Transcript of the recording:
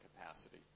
capacity